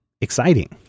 exciting